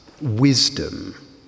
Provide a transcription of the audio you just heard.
Wisdom